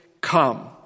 Come